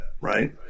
right